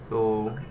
so